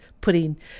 putting